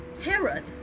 Herod